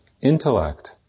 intellect